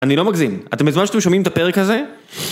אני לא מגזים. אתם בזמן שאתם שומעים את הפרק הזה...